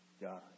God